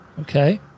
okay